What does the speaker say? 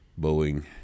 Boeing